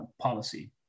policy